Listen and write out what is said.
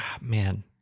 man